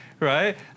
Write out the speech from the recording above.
Right